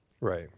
Right